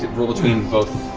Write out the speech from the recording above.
roll between both.